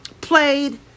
played